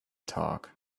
talk